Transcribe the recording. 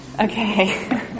okay